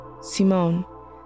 Simone